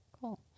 cool